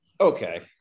Okay